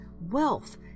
wealth